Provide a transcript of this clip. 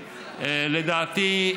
לדעתי,